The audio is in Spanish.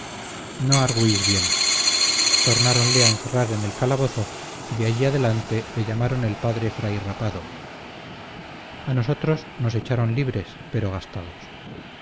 no argüís bien tornáronle a encerrar en el calabozo y de allí adelante le llamaban el padre fray rapado a nosotros nos echaron libres pero gastados